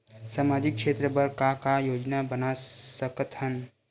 सामाजिक क्षेत्र बर का का योजना बना सकत हन?